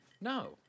No